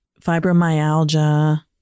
fibromyalgia